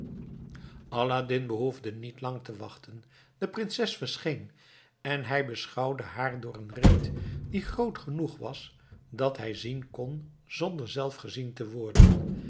aladdin behoefde niet lang te wachten de prinses verscheen en hij beschouwde haar door een reet die groot genoeg was dat hij zien kon zonder zelf gezien te worden